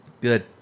Good